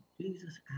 Jesus